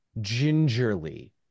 gingerly